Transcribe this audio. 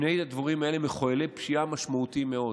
שני הדברים האלה מחוללי פשיעה משמעותיים מאוד.